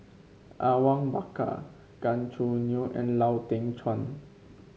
Awang Bakar Gan Choo Neo and Lau Teng Chuan